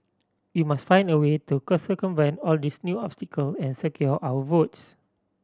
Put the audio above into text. we must find a way to all these new obstacle and secure our votes